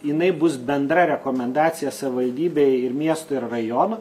jinai bus bendra rekomendacija savivaldybei ir miestui ir rajonu